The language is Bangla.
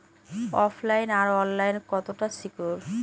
ওফ লাইন আর অনলাইন কতটা সিকিউর?